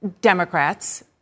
Democrats